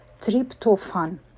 tryptophan